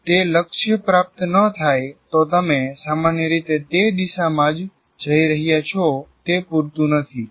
જો તે લક્ષ્ય પ્રાપ્ત ન થાય તો તમે સામાન્ય રીતે તે દિશામાં જ જઇ રહ્યા છો તે પૂરતું નથી